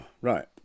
Right